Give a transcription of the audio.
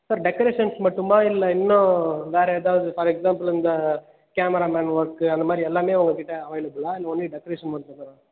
sir decorations மட்டுமா இல்லை இன்னும் வேறு எதாவது ஃபார் எக்ஸாம்பிள் இந்த கேமரா மேன் ஒர்க்கு அந்தமாதிரி எல்லாமே உங்கள்கிட்ட அவைளபுலா இல்லை ஒன்லி டெக்கரேஷன் மட்டும் தானா